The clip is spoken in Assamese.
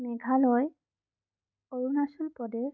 মেঘালয় অৰুণাচল প্ৰদেশ